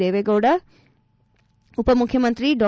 ದೇವೇಗೌಡ ಉಪಮುಖ್ಯಮಂತ್ರಿ ಡಾ